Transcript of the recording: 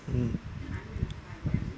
mm